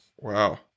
Wow